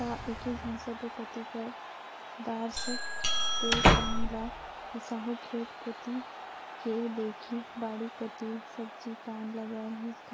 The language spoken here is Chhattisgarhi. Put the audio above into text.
त एकेझन सब्बो कति कर दारथस तें काम ल बिसाहू खेत कोती के देखही बाड़ी कोती सब्जी पान लगाय हस